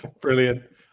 Brilliant